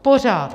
Pořád!